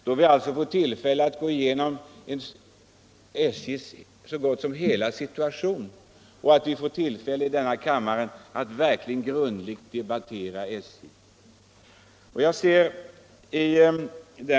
Då får vi i denna kammare tillfälle att gå igenom och grundligt debattera SJ:s hela situation.